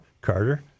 Carter